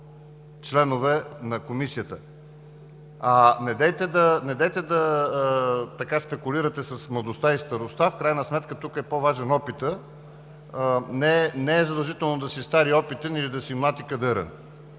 членове на Комисията. Не спекулирайте с младостта и старостта. В крайна сметка тук е по-важен опитът. Не е задължително да си стар и опитен или да си млад и кадърен,